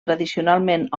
tradicionalment